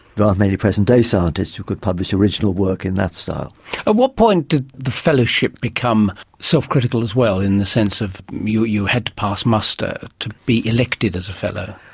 aren't many present-day scientists who could publish original work in that style. at what point did the fellowship become self-critical as well in the sense of you you had to pass muster to be elected as a fellow?